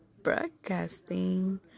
Broadcasting